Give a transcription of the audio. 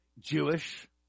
Jewish